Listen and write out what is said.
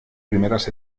primeras